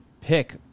pick